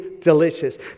delicious